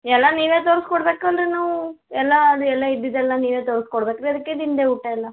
ಎಲ್ಲ ನೀವೇ ತೋರಿಸ್ಕೊಡ್ಬೇಕ್ ಅಂದರೆ ನಾವು ಎಲ್ಲ ಅದು ಎಲ್ಲ ಇದ್ದಿದ್ದೆಲ್ಲ ನೀವೇ ತೋರಿಸ್ಕೊಡ್ಬೇಕ್ ರೀ ಅದ್ಕೆ ನಿಮ್ದೇ ಊಟ ಎಲ್ಲ